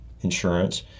insurance